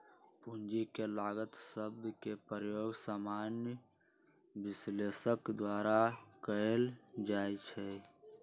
पूंजी के लागत शब्द के प्रयोग सामान्य विश्लेषक द्वारा कएल जाइ छइ